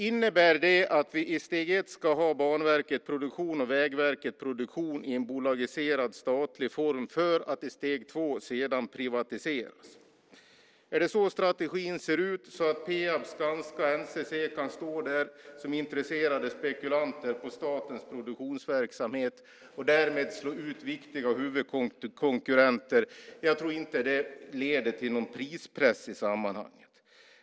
Innebär det att vi i steg 1 ska ha Banverket Produktion och Vägverket Produktion i en bolagiserad statlig form för att i steg 2 sedan privatisera? Är det så strategin ser ut så att Peab, Skanska och NCC kan stå som intresserade spekulanter på statens produktionsverksamhet och därmed slå ut viktiga huvudkonkurrenter? Jag tror inte att det leder till någon prispress i sammanhanget.